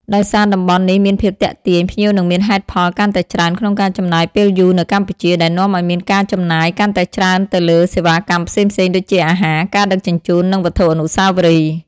ដោយសារតំបន់នេះមានភាពទាក់ទាញ ភ្ញៀវនឹងមានហេតុផលកាន់តែច្រើនក្នុងការចំណាយពេលយូរនៅកម្ពុជា ដែលនាំឱ្យមានការចំណាយកាន់តែច្រើនទៅលើសេវាកម្មផ្សេងៗដូចជាអាហារ ការដឹកជញ្ជូន និងវត្ថុអនុស្សាវរីយ៍។